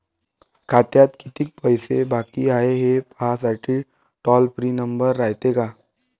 खात्यात कितीक पैसे बाकी हाय, हे पाहासाठी टोल फ्री नंबर रायते का?